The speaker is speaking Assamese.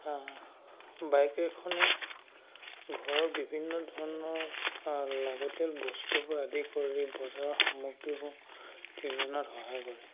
বাইক এখনে ঘৰৰ বিভিন্ন ধৰণৰ লাগতিয়াল বস্তু পৰা আদি কৰি বজাৰৰ সামগ্ৰীবোৰ কিনি অনাত সহায় কৰে